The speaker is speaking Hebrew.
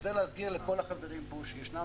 אני רוצה להזכיר לכל החברים פה שישנם